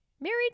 married